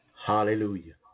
Hallelujah